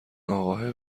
اقاهه